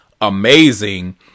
amazing